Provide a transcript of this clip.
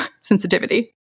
sensitivity